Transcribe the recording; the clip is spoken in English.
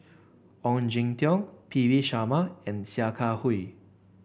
Ong Jin Teong P V Sharma and Sia Kah Hui